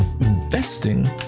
investing